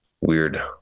weird